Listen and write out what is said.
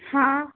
हाँ